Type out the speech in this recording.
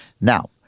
Now